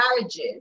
marriages